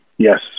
Yes